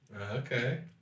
Okay